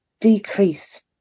decrease